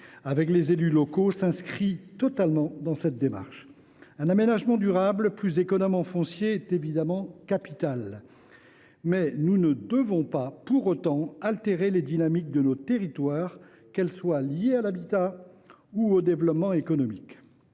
avec les élus locaux s’inscrit totalement dans cette démarche. Un aménagement durable plus économe en foncier est bien évidemment capital, mais nous ne devons pas pour autant altérer les dynamiques de nos territoires, que celles ci soient liées à l’habitat ou au développement économique.